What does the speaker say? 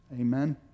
Amen